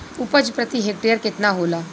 उपज प्रति हेक्टेयर केतना होला?